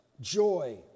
joy